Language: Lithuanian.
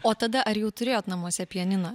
o tada ar jau turėjot namuose pianiną